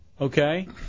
Okay